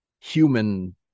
human